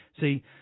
See